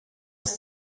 ist